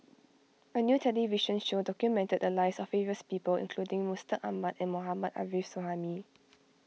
a new television show documented the lives of various people including Mustaq Ahmad and Mohammad Arif Suhaimi